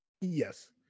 Yes